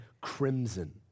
crimson